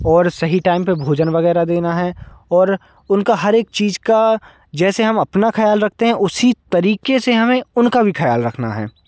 और सही टाइम पर भोजन वगैरह देना है और उनका हर एक चीज़ का जैसे हम अपना ख्याल रखते हैं उसी तरीके से हमें उनका भी ख्याल रखना है